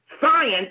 science